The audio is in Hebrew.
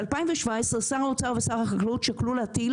ב-2017 שר האוצר ושר החקלאות שקלו להטיל